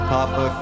Papa